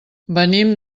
venim